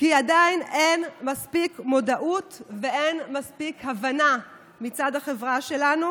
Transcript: כי עדיין אין מספיק מודעות ואין מספיק הבנה מצד החברה שלנו.